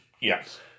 Yes